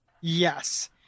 Yes